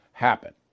happen